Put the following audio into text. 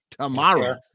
Tomorrow